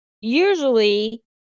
usually